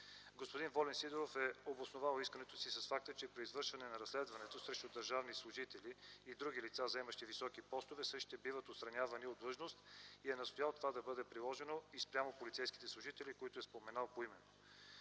Господин Волен Сидеров е обосновал искането си с факта, че при извършване на разследването срещу държавни служители и други лица заемащи високи постове, същите биват отстранявани от длъжност и е настоял това да бъде приложено и спрямо полицейските служители, които е споменал по име.